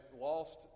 lost